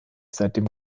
seitdem